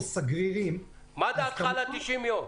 סגריריים --- מה דעתך על ה-90 יום?